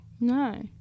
No